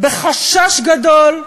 בחשש גדול,